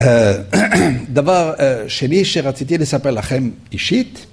‫דבר שני שרציתי לספר לכם אישית,